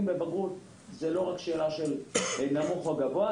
בבגרות זה לא רק שאלה של נמוך או גבוה,